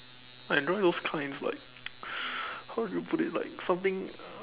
I enjoy those kinds like how do you put it like something uh